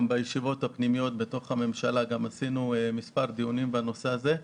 בישיבות הפנימיות בתוך הממשלה ערכנו מספר דיונים בנושא הזה.